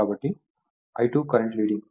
కాబట్టి I2 current leading